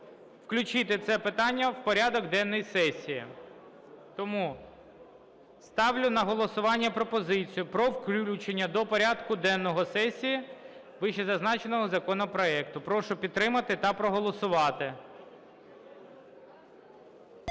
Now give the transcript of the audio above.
включити це питання в порядок денний сесії. Тому ставлю на голосування пропозицію про включення до порядку денного сесії вищезазначеного законопроекту. Прошу підтримати та проголосувати.